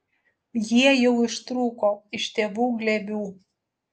jie jau ištrūko iš tėvų glėbių